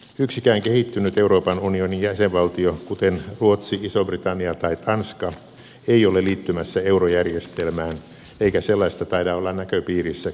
yksikään kehittynyt euroopan unionin jäsenvaltio kuten ruotsi iso britannia tai tanska ei ole liittymässä eurojärjestelmään eikä sellaista taida olla näköpiirissäkään